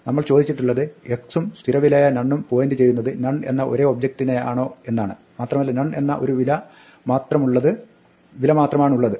നമ്മൾ ചോദിച്ചിട്ടുള്ളത് x ഉം സ്ഥിരവിലയായ നൺ ഉം പോയിന്റ് ചെയ്യുന്നത് നൺ എന്ന ഒരേ ഒബ്ജക്ടിനെയാണോ എന്നാണ് മാത്രമല്ല നൺ എന്ന ഒരു വില മാത്രമാണുള്ളത്